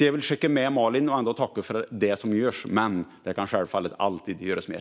Jag vill tacka Malin för det som görs, men det kan självfallet alltid göras mer.